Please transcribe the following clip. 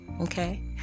okay